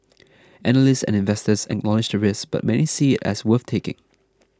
analysts and investors acknowledge the risk but many see it as worth taking